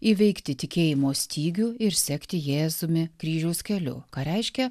įveikti tikėjimo stygių ir sekti jėzumi kryžiaus keliu ką reiškia